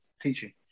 teaching